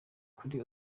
kuri